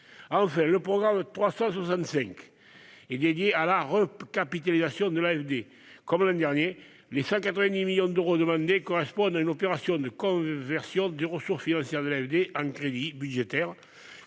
Enfin, le programme 365 est consacré à la recapitalisation de l'AFD. Comme l'année dernière, les 190 millions d'euros demandés correspondent à une opération de conversion de ressources financières de l'AFD en crédits budgétaires.